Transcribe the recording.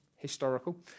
Historical